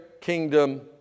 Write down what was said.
kingdom